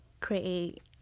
create